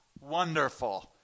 wonderful